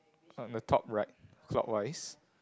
on the top right clockwise